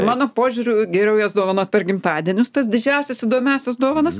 mano požiūriu geriau jas dovanot per gimtadienius tas didžiąsias įdomiąsias dovanas